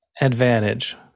advantage